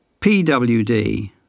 PWD